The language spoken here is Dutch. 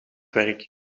werk